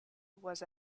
was